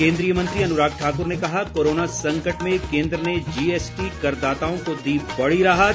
केन्द्रीय मंत्री अनुराग ठाकुर ने कहा कोरोना संकट में केन्द्र ने जीएसटी करदाताओं को दी बड़ी राहत